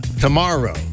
tomorrow